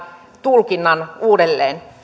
tulkinnan uudelleen